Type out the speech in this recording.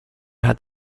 had